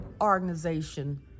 organization